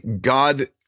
God